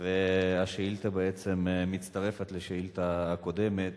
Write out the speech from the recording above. והשאילתא בעצם מצטרפת לשאילתא הקודמת.